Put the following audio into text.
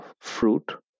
fruit